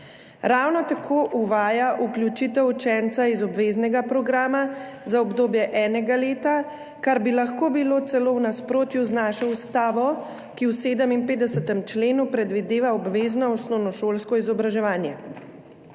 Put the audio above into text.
Ravno tako uvaja izključitev učenca iz obveznega programa za obdobje enega leta, kar bi lahko bilo celo v nasprotju z Ustavo, ki v 57. členu predvideva obvezno osnovnošolsko izobraževanje.